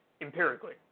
empirically